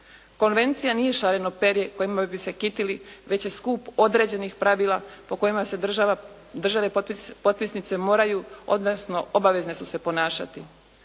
Konvencija nije šareno perje kojima bi se kitili već je skup određenih pravila po kojima se države potpisnice moraju, odnosno obavezne su se ponašati.